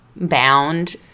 bound